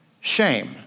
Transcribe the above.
shame